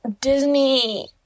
Disney